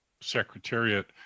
secretariat